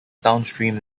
downstream